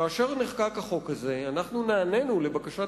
כאשר נחקק החוק הזה אנחנו נענינו לבקשת